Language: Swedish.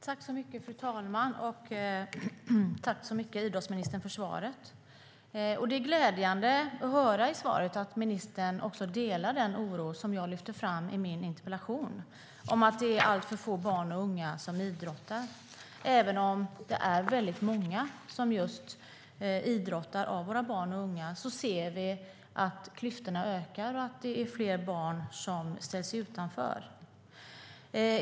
Fru talman! Jag vill tacka idrottsministern för svaret. Det är glädjande att höra att ministern delar den oro som jag lyfter fram i min interpellation om att alltför få barn och unga idrottar. Även om många av våra barn och unga idrottar ökar klyftorna och att fler barn ställs utanför.